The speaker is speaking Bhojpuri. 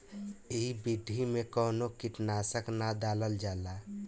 ए विधि में कवनो कीट नाशक ना डालल जाला